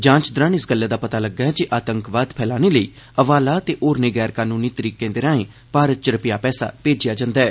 जांच दौरान इस गल्लै दा पता लग्गा ऐ जे आतंकवाद फैलाने लेई हवाला ते होरनें गैर कनूनी तरीकें दे राएं भारत च रपेआ पैसा भेजेआ जंदा ऐ